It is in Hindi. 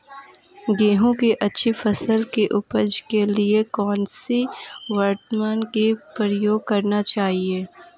गेहूँ की अच्छी फसल की उपज के लिए कौनसी उर्वरक का प्रयोग करना चाहिए?